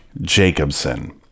Jacobson